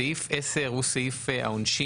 סעיף 10 הוא סעיף העונשין